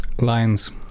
Lions